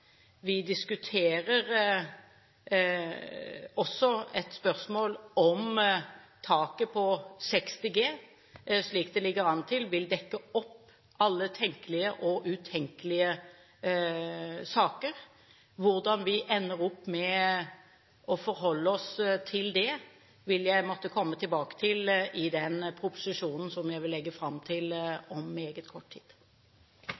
Vi diskuterer også et spørsmål om hvorvidt et tak på 60 G, slik det ligger an til, vil dekke opp alle tenkelige og utenkelige saker. Hvordan vi ender opp med å forholde oss til det, vil jeg måtte komme tilbake til i den proposisjonen som jeg vil legge fram om meget kort tid.